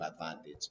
advantage